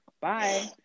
Bye